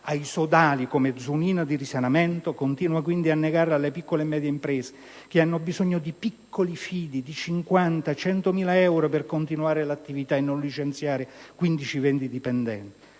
ai sodali come Zunino di Risanamento, continua a negarlo quindi alle piccole e medie imprese che hanno bisogno di piccoli fidi di 50.000-100.000 euro per continuare l'attività e non licenziare 15-20 dipendenti.